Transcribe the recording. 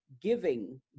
giving